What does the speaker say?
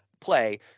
play